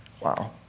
Wow